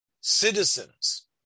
citizens